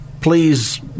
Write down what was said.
Please